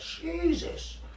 Jesus